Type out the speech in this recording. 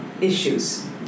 issues